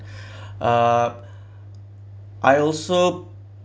uh I also